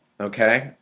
okay